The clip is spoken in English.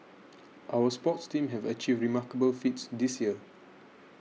our sports teams have achieved remarkable feats this year